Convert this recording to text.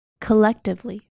collectively